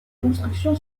construction